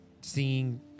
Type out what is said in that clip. seeing